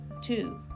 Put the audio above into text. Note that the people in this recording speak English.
Two